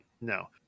No